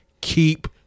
Keep